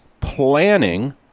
planning